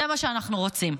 זה מה שאנחנו רוצים.